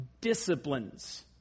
disciplines